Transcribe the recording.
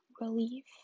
relief